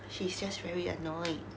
she's just very annoying